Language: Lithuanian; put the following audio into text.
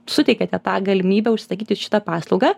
suteikiate tą galimybę išsakyti šitą paslaugą